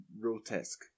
grotesque